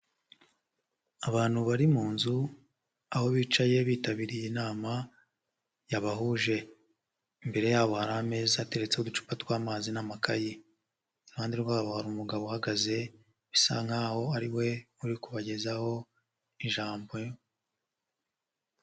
Abantu bari mu nzu aho bicaye bitabiriye inama yabahuje, imbere yabo hari ameza ateretseho uducupa tw'amazi n'amakayi, iruhande rwabo hari umugabo uhagaze bisa nk'aho ari we uri kubagezaho ijambo.